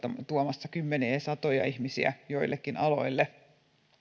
tuomassa kymmeniä ja satoja ihmisiä joillekin aloille